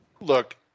look